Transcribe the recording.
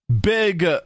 big